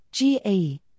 GAE